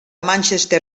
manchester